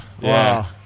Wow